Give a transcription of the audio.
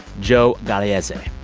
joe gagliese.